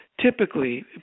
typically